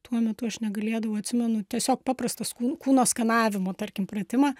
tuo metu aš negalėdavau atsimenu tiesiog paprastas kūno skanavimo tarkim pratimą